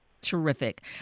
Terrific